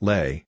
Lay